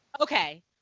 Okay